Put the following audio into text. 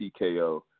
TKO